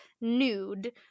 nude